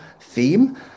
theme